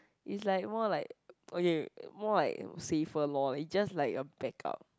is like more like okay more like safer lor it just like a backup